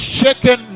shaken